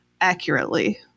accurately